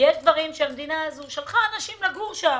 - יש דברים שהמדינה הזאת שלחה אנשים לגור שם.